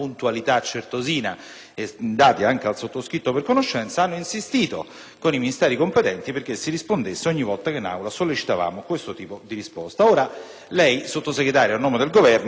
consegnati anche al sottoscritto per conoscenza, ha insistito con i Ministeri competenti perché si rispondesse ogni volta che in Aula si sollecitava questo tipo di risposta. Ora, lei, signor Sottosegretario, a nome del Governo, ci viene a dire che